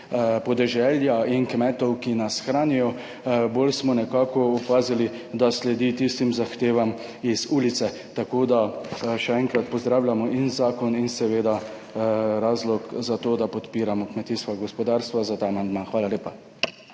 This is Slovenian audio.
in kmetov, ki nas hranijo, bolj smo nekako opazili, da sledi tistim zahtevam z ulice. Še enkrat pozdravljamo zakon in seveda razlog za to, da podpiramo kmetijska gospodarstva za ta amandma. Hvala lepa.